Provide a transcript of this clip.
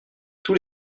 tous